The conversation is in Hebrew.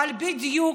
אבל בדיוק,